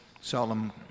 seldom